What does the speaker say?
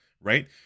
right